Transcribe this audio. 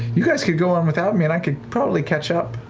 you guys could go on without me and i could probably catch up.